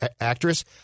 actress